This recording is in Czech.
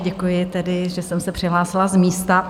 Děkuji tedy, že jsem se přihlásila z místa.